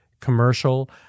commercial